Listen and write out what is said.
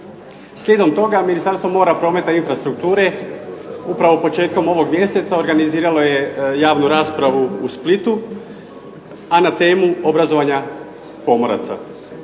Slijedom toga, Ministarstvo mora, promete i infrastrukture upravo početkom ovog mjeseca organiziralo je javnu raspravu u Splitu, a na temu obrazovanja pomoraca.